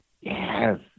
Yes